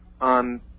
on